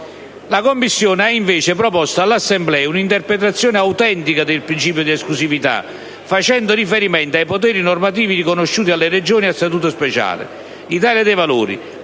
La Commissione ha invece proposto all'Assemblea una interpretazione autentica del principio di esclusività, facendo riferimento ai poteri normativi riconosciuti alle Regioni a statuto speciale. L'Italia dei Valori,